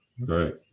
Right